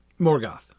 Morgoth